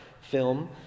film